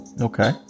Okay